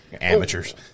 Amateurs